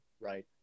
right